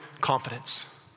confidence